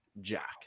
Jack